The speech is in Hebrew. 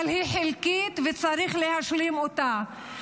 אבל היא חלקית וצריך להשלים אותה.